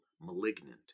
malignant